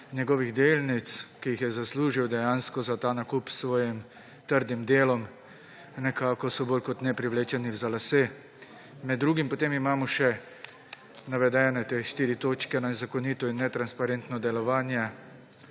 njegovih delnic, ki jih je zaslužil, dejansko, za ta nakup s svojim trdim delom, nekako so bolj kot ne privlečeni za lase. Med drugim potem imamo še navedene štiri točke: nezakonito in netransparentno delovanje,